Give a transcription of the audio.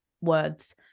words